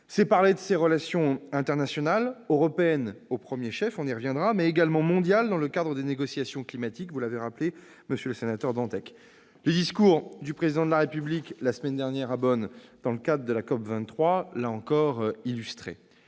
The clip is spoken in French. C'est parler de ses relations internationales, européennes au premier chef- nous y reviendrons -, mais également mondiales, dans le cadre des négociations climatiques- vous l'avez rappelé, monsieur le sénateur Dantec. Le discours du Président de la République, la semaine dernière, à Bonn, dans le cadre de la COP23, l'a encore illustré.